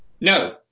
No